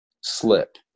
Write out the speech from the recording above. slip